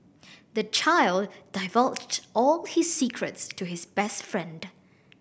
the child divulged all his secrets to his best friend